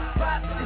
pop